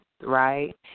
right